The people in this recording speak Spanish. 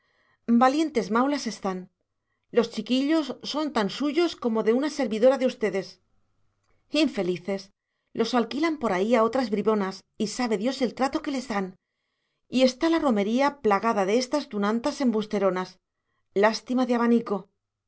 valientes maulas están los chiquillos son tan suyos como de una servidora de ustedes infelices los alquilan por ahí a otras bribonas y sabe dios el trato que les dan y está la romería plagada de estas tunantas embusteronas lástima de abanico